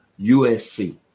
USC